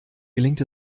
gelingt